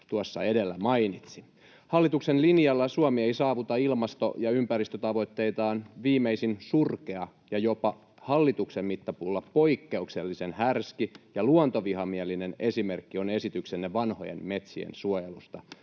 tuossa edellä mainitsi. Hallituksen linjalla Suomi ei saavuta ilmasto- ja ympäristötavoitteitaan. Viimeisin surkea ja jopa hallituksen mittapuulla poikkeuksellisen härski ja luontovihamielinen esimerkki on esityksenne vanhojen metsien suojelusta